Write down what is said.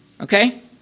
Okay